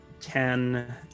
Ten